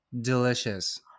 delicious